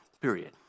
period